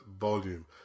volume